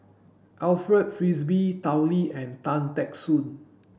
Alfred Frisby Tao Li and Tan Teck Soon